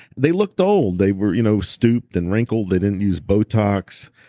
they looked old. they were you know stooped and wrinkled. they didn't use botox.